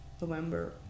November